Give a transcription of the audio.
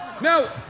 No